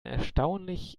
erstaunlich